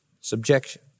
subjection